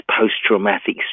post-traumatic